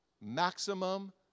maximum